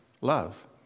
love